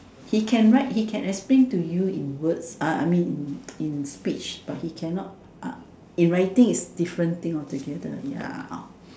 he can write he can explain to you in words I mean in in speech but he cannot in writing is different thing altogether ya